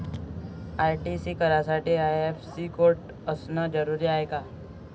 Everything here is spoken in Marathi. आर.टी.जी.एस करासाठी आय.एफ.एस.सी कोड असनं जरुरीच हाय का?